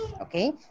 Okay